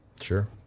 Sure